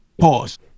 Pause